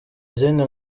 izindi